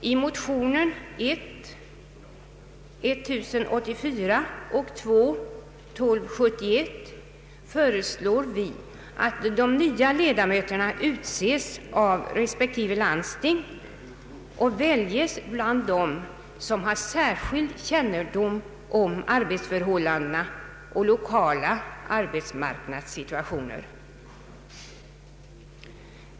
I motionerna I:1084 och II: 1271 föreslår vi att de nya ledamöterna utses av respektive landsting och väljs bland dem som har särskild kännedom om arbetsförhållandena och 1okala arbetsmarknadssituationer.